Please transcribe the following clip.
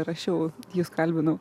rašiau jus kalbinau